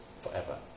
forever